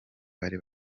bari